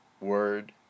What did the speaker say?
word